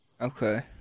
Okay